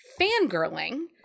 fangirling